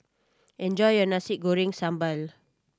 enjoy your Nasi Goreng Sambal